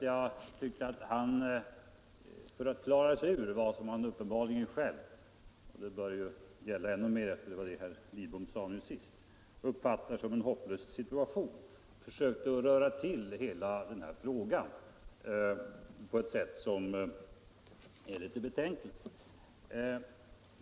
Jag tyckte att han ville klara sig ur vad han uppenbarligen själv — och det bör gälla ännu mer efter det som herr Lidbom sade här senast — uppfattar som en hopplös situation genom att röra till hela den här frågan.